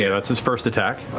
yeah that's its first attack.